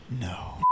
no